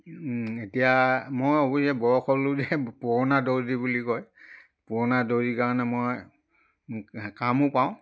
এতিয়া মই অৱশ্যে বয়স হ'লোঁ যে পুৰণা দৰ্জী বুলি কয় পুৰণা দৰ্জী কাৰণে মই কামো পাওঁ